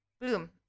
Boom